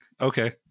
okay